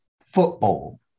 football